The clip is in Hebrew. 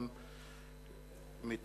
כי הונחה היום על שולחן הכנסת,